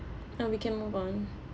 uh we can move on